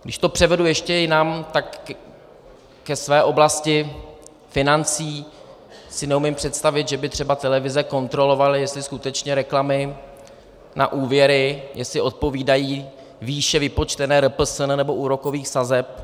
Když to převedu ještě jinam, ke své oblasti financí, tak si neumím představit, že by třeba televize kontrolovaly, jestli skutečně reklamy na úvěry jestli odpovídají výše vypočtené RPSN nebo úrokových sazeb.